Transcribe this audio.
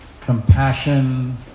compassion